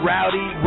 Rowdy